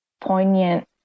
poignant